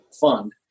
fund